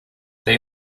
they